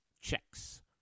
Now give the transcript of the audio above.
checks